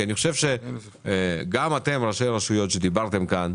כי אני חושב שגם אתם ראשי הרשויות שדיברתם כאן,